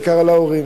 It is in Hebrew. בעיקר על ההורים,